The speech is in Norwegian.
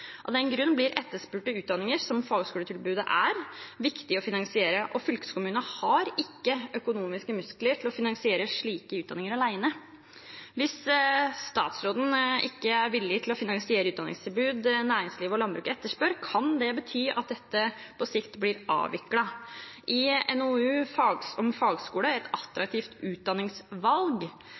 Av den grunn blir etterspurte utdanninger, som fagskoletilbudet er, viktig å finansiere, og fylkeskommunene har ikke økonomiske muskler til å finansiere slike utdanninger alene. Hvis statsråden ikke er villig til å finansiere utdanningstilbud næringslivet og landbruket etterspør, kan det bety at dette på sikt blir avviklet. I NOU-en «Fagskolen – et attraktivt utdanningsvalg»